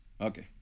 Okay